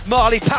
Marley